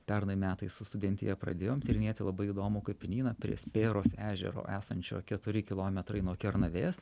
pernai metais su studentija pradėjom tyrinėti labai įdomų kapinyną prie spėros ežero esančio keturi kilometrai nuo kernavės